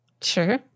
Sure